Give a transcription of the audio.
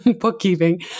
bookkeeping